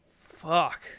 fuck